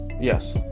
Yes